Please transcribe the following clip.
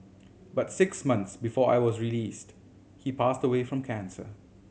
but six months before I was released he passed away from cancer